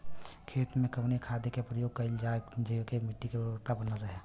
खेत में कवने खाद्य के प्रयोग कइल जाव जेसे मिट्टी के उर्वरता बनल रहे?